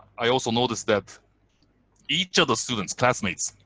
i also noticed that each of the students, classmates